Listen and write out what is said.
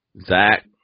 Zach